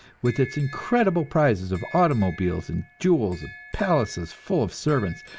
with its incredible prizes of automobiles and jewels and palaces full of servants,